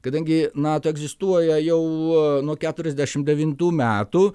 kadangi nato egzistuoja jau nuo keturiasdešimt devintų metų